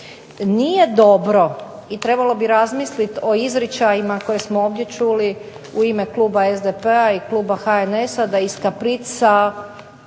Nije dobro i trebalo bi razmisliti o izričajima koje smo ovdje čuli u ime kluba SDP-a, i kluba HNS-a da iz kaprica,